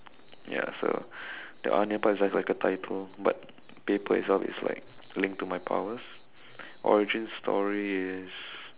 ya so the onion part is just like a title but paper itself is like linked to my powers origin story is